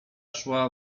szła